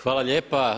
Hvala lijepa.